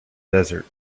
desert